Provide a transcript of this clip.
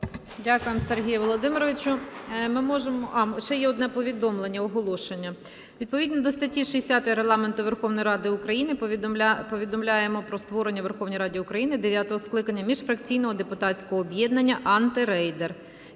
Дякуємо, Сергію Володимировичу. Ще є одне повідомлення, оголошення. Відповідно до статті 60 Регламенту Верховної Ради України повідомляємо про створення в Верховній Раді України дев'ятого скликання міжфракційного депутатського об'єднання "Антирейдер".